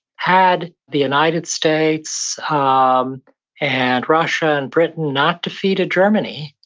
had the united states ah um and russia and britain not defeated germany,